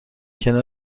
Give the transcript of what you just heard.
کنار